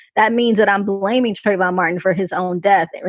that means that i'm blaming trayvon martin for his own death.